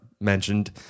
mentioned